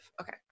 okay